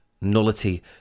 nullity